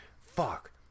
fuck